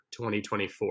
2024